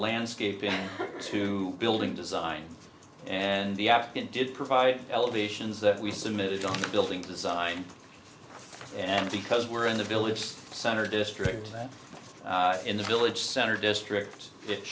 landscaping to building design and the afghan did provide elevations that we submitted on the building design and because we're in the villages center district that in the village center district it